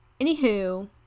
anywho